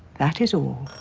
that is all.